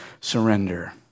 surrender